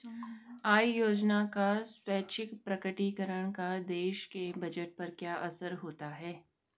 आय योजना का स्वैच्छिक प्रकटीकरण का देश के बजट पर क्या असर होता है?